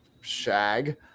shag